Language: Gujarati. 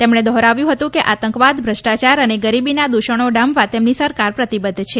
તેમણે દોહરાવ્યું હતું કે આતંકવાદ ભ્રષ્ટાચાર અને ગરીબીના દૂષણો ડામવા તેમની સરકાર પ્રતિબધ્ધ છે